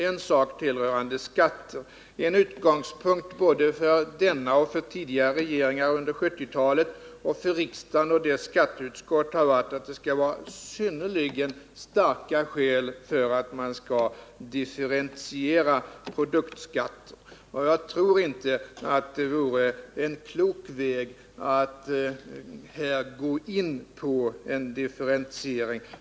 En sak till beträffande skatter: En utgångspunkt både för denna och tidigare regeringar under 1970-talet och för riksdagen och dess skatteutskott har varit att det skall vara synnerligen starka skäl, innan man differentierar produktskatten. Jag tror inte att det vore klokt att här gå in på en differentiering.